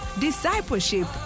discipleship